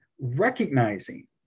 recognizing